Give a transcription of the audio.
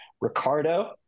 Ricardo